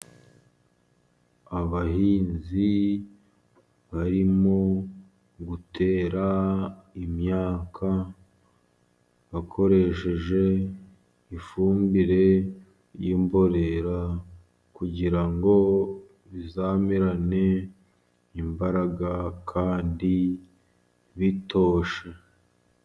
Abahinzi barimo gutera imyaka, bakoresheje ifumbire y'imborera, kugira ngo bizamerane imbaraga kandi bitoshye.